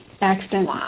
accident